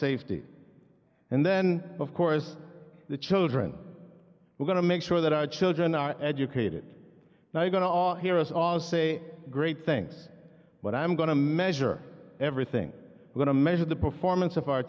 safety and then of course the children we're going to make sure that our children are educated now you got all heroes aws say great things but i'm going to measure everything going to measure the performance of our